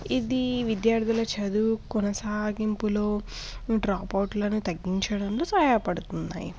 ఇది విద్యార్థుల చదువు కొనసాగింపులో డ్రాప్అవుట్లను తగ్గించడంలో సహాయపడుతున్నాయి